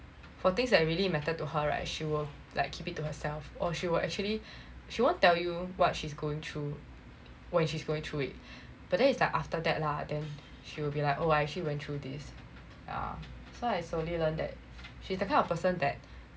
for things that really matter to her right she will like keep it to herself or she will actually she won't tell you what she's going through when she's going through it but then it's like after that lah then she will be like oh I actually went through this yeah so I slowly learnt that she's the kind of person that